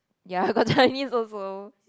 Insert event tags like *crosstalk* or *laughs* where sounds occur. ya got *laughs* Chinese also